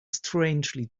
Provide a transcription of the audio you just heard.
strangely